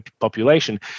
population